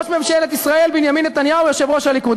ראש ממשלת ישראל בנימין נתניהו, יושב-ראש הליכוד.